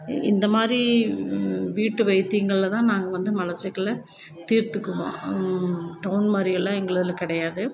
இந்தமாதிரி வீட்டு வைத்தியங்களில்தான் நாங்கள் வந்து மலச்சிக்கலை தீர்த்துக்குவோம் டவுன் மாதிரியெல்லாம் எங்களுக்குக் கிடையாது